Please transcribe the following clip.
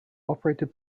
operated